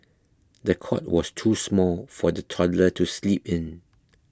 the cot was too small for the toddler to sleep in